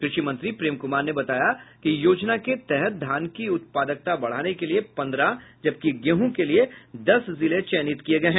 कृषि मंत्री प्रेम कुमार ने बताया कि योजना के तहत धान की उत्पादकता बढ़ाने के लिए पन्द्रह जबकि गेहूं के लिए दस जिले चयनित किये गये हैं